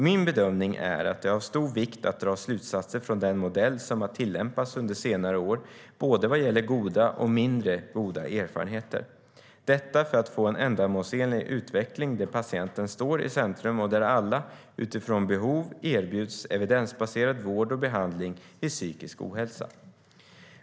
Min bedömning är att det är av stor vikt att dra slutsatser från den modell som har tillämpats under senare år vad gäller både goda och mindre goda erfarenheter, detta för att få en ändamålsenlig utveckling där patienten står i centrum och där alla, utifrån behov, erbjuds evidensbaserad vård och behandling vid psykisk ohälsa.